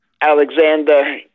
Alexander